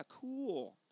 Cool